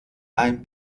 ein